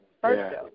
first